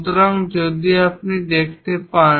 সুতরাং যদি আপনি দেখতে পান